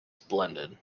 splendid